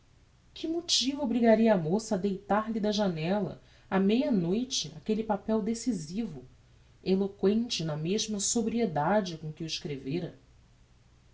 que motivo obrigaria a moça a deitar lhe da janella á meia noite aquelle papel decisivo eloquente na mesma sobriedade com que o escrevêra